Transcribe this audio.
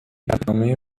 برنامهای